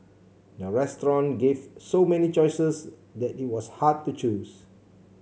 the restaurant gave so many choices that it was hard to choose